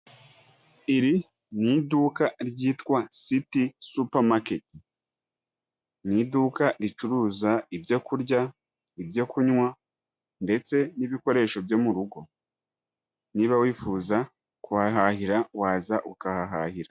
Iri ni iduka ryitwa siti supa maketi, ni iduka ricuruza ibyo kurya, ibyo kunywa ndetse n'ibikoresho byo mu rugo, niba wifuza kuhahahira waza ukahahahira.